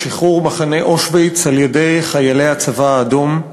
שחרור מחנה אושוויץ על-ידי חיילי הצבא האדום,